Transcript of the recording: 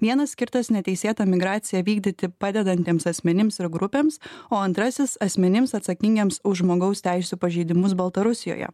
vienas skirtas neteisėtą migraciją vykdyti padedantiems asmenims ir grupėms o antrasis asmenims atsakingiems už žmogaus teisių pažeidimus baltarusijoje